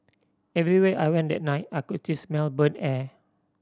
everywhere I went that night I could till smell burnt air